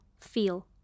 feel